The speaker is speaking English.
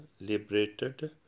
liberated